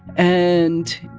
and